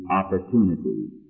opportunities